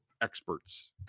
experts